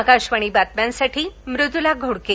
आकाशवाणी बातम्यासाठी मृद्ला घोडके